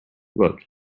look